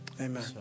Amen